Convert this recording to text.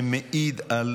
זה מעיד על